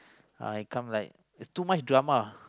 uh I come like is too much drama